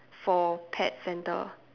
for pet centre